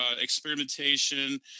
experimentation